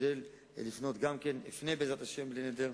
אשתדל לפנות גם כן, אפנה, בעזרת השם, בלי נדר,